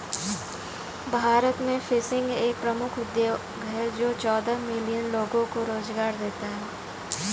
भारत में फिशिंग एक प्रमुख उद्योग है जो चौदह मिलियन लोगों को रोजगार देता है